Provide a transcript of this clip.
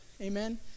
amen